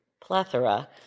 plethora